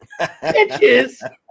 bitches